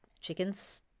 chickens